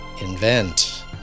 invent